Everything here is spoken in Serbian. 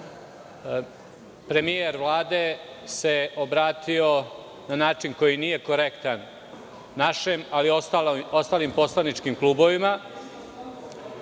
Premijer Vlade se obratio na način koji nije korektan, našem ali i ostalim poslaničkim klubovima. Poštovani